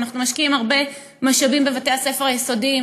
ומשקיעים הרבה משאבים בבתי הספר היסודיים,